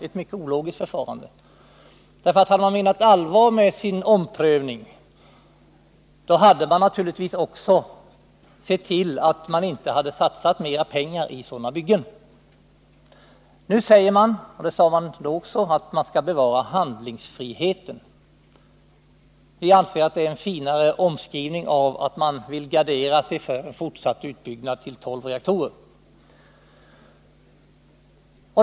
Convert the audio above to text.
Hade man menat allvar med talet om en omprövning, då hade man naturligtvis också sett till att det inte satsades mera pengar i utbyggnaden. Nu säger man att handlingsfriheten måste bevaras. Det sade man också då. Vi anser att detta är en omskrivning av vad det handlar om: Man vill gardera sig för en fortsatt utbyggnad till 12 reaktorer.